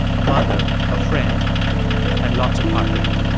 a mother, a friend and lots of heartbreak.